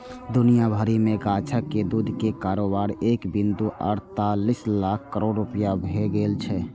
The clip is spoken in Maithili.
दुनिया भरि मे गाछक दूध के कारोबार एक बिंदु अड़तालीस लाख करोड़ रुपैया भए गेल छै